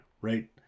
Right